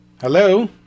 Hello